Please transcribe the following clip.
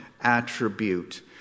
attribute